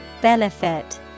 Benefit